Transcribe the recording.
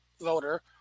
voter